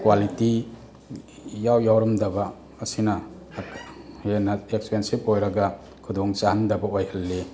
quality ꯏꯌꯥꯎ ꯌꯥꯎꯔꯝꯗꯕ ꯑꯁꯤꯅ ꯍꯦꯟꯅ ꯑꯦꯛꯄꯦꯟꯁꯤꯞ ꯑꯣꯏꯔꯒ ꯈꯨꯗꯣꯡ ꯆꯥꯍꯟꯗꯕ ꯑꯣꯏꯍꯜꯂꯤ